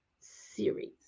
series